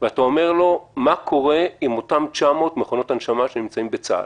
מה קורה עם אותן 900 מכונות הנשמה שנמצאות בצה"ל?